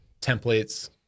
templates